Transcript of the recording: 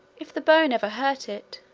if the bone ever hurt it.